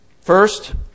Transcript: First